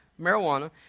marijuana